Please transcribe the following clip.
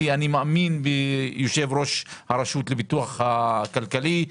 שאני מאמין ביושב ראש הרשות לפיתוח כלכלי.